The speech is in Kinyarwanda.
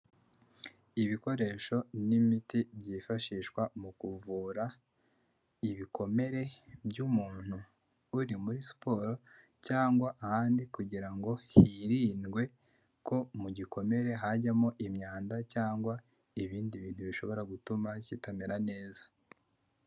Ibikoresho n'imiti byifashishwa mu kuvura ibikomere by'umuntu uri muri siporo, cyangwa ahandi kugira ngo hirindwe ko mu mugikomere hajyamo imyanda, cyangwa ibindi bintu bishobora gutuma kitamera neza.